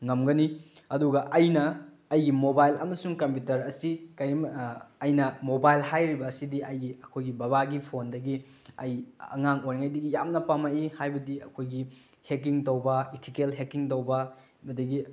ꯉꯝꯒꯅꯤ ꯑꯗꯨꯒ ꯑꯩꯅ ꯑꯩꯒꯤ ꯃꯣꯕꯥꯏꯜ ꯑꯃꯁꯨꯡ ꯀꯝꯄꯨꯇꯔ ꯑꯁꯤ ꯑꯩꯅ ꯃꯣꯕꯥꯏꯜ ꯍꯥꯏꯔꯤꯕ ꯑꯁꯤꯗꯤ ꯑꯩꯒꯤ ꯑꯩꯈꯣꯏꯒꯤ ꯕꯕꯥꯒꯤ ꯐꯣꯟꯗꯒꯤ ꯑꯩ ꯑꯉꯥꯡ ꯑꯣꯏꯔꯤꯉꯩꯗꯒꯤ ꯌꯥꯝꯅ ꯄꯥꯝꯃꯛꯏ ꯍꯥꯏꯕꯗꯤ ꯑꯩꯈꯣꯏꯒꯤ ꯍꯦꯛꯀꯤꯡ ꯇꯧꯕ ꯏꯊꯨꯀꯦꯜ ꯍꯦꯛꯀꯤꯡ ꯇꯧꯕ ꯑꯗꯒꯤ